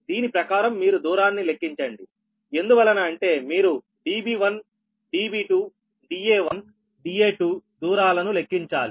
దీని ప్రకారం మీరు దూరాన్ని లెక్కించండి ఎందువలన అంటే మీరు Db1 Db2 Da1 Da2 దూరాలను లెక్కించాలి